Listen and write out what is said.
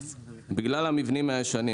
אלא בגלל המבנים הישנים.